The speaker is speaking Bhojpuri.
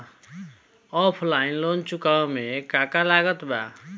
ऑफलाइन लोन चुकावे म का का लागत बा?